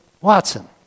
Watson